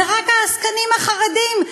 זה רק העסקנים החרדים,